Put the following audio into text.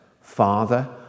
Father